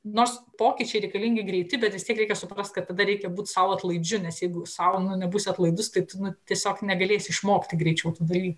nors pokyčiai reikalingi greiti bet vis tiek reikia suprast kad tada reikia būt sau atlaidžiu nes jeigu sau nu nebūsi atlaidus tai tu nu tiesiog negalėsi išmokti greičiau tų dalykų